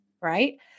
right